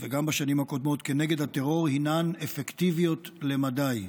וגם בשנים הקודמות, כנגד הטרור הן אפקטיביות למדי.